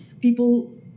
people